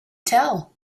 tell